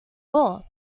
all